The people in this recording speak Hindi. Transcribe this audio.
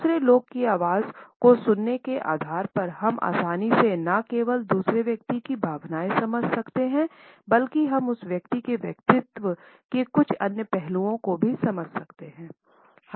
दूसरे लोगों की आवाज़ को सुनने के आधार पर हम आसानी से न केवल दूसरे व्यक्ति की भावनाएँ समझ सकते हैं बल्कि हम उस व्यक्ति के व्यक्तित्व के कुछ अन्य पहलुओं को भी समझ सकते हैं